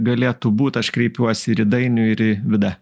galėtų būt aš kreipiuosi ir į dainių ir į vidą